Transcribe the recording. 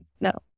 No